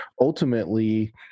ultimately